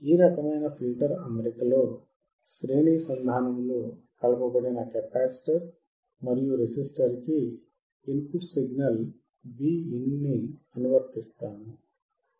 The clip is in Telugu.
ఈ రకమైన ఫిల్టర్ అమరికలో శ్రేణి సంధానములో కలపబడిన కెపాసిటర్ మరియు రేసిస్టర్ కి ఇన్ పుట్ సిగ్నల్ Vin ని అనువర్తిస్తాము